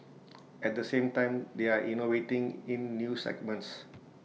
at the same time they are innovating in new segments